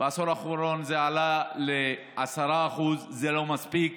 בעשור האחרון זה עלה ל-10% וזה לא מספיק.